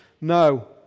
No